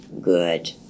good